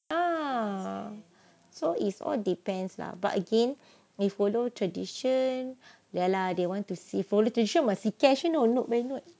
ah so is all depends lah but again if follow tradition ya lah they want to see for real to sure masih cash you know you know bank note